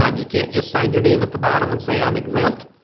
um you can't just sign your name at the bottom and say i'm exempt.